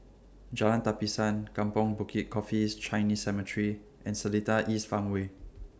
Jalan Tapisan Kampong Bukit Coffees Chinese Cemetery and Seletar East Farmway